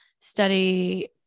study